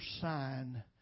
sign